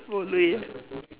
bo lui